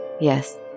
yes